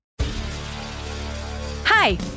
Hi